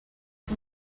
que